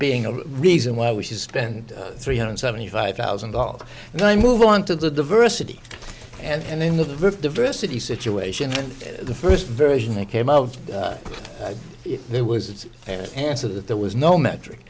being a reason why we should spend three hundred seventy five thousand dollars and then move on to the diversity and in the diversity situation the first version that came out of there was an answer that there was no metric